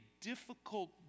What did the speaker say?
difficult